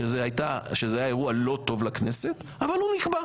שזה היה אירוע לא טוב לכנסת אבל הוא נקבע.